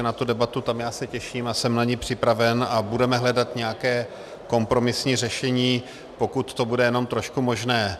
Na tu debatu tam se těším a jsem na ni připraven a budeme hledat nějaké kompromisní řešení, pokud to bude jenom trošku možné.